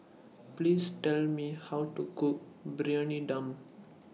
Please Tell Me How to Cook Briyani Dum